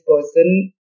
person